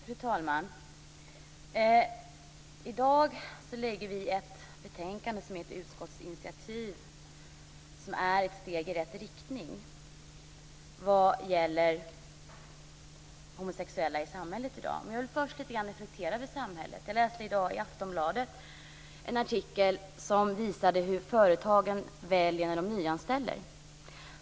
Fru talman! I dag lägger vi fram ett betänkande som är ett utskottsinitiativ. Det är ett steg i rätt riktning vad gäller homosexuella i samhället i dag. Jag vill först reflektera litet grand över samhället. Jag läste i dag en artikel i Aftonbladet som visar hur företagen väljer när de nyanställer.